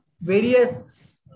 various